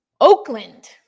Oakland